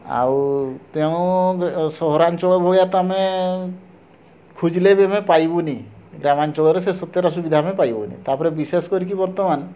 ଆଉ ତେଣୁ ସହରାଞ୍ଚଳ ଭଳିଆ ତ ଆମେ ଖୋଜିଲେ ବି ଆମେ ପାଇବୁନି ଗ୍ରାମାଞ୍ଚଳରେ ସେ ସତ୍ୟର ସୁବିଧା ଆମେ ପାଇବୁନି ତାପରେ ବିଶେଷ କରିକି ବର୍ତ୍ତମାନ